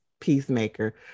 Peacemaker